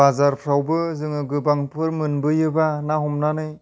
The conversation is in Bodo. बाजारफ्रावबो जोङो गोबांफोर मोनबोयोबा ना हमनानै